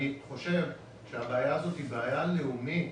אני חושב שהבעיה הזאת היא בעיה לאומית.